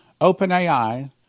OpenAI